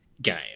game